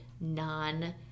non-